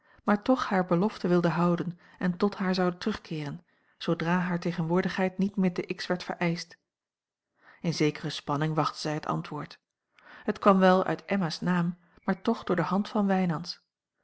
maar toch hare belofte wilde houden en tot haar zou terugkeeren zoodra hare tegenwoordigheid niet meer te x werd vereischt in zekere spanning wachtte zij het antwoord het kwam wel uit emma's naam maar toch door de hand van wijnands